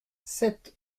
sept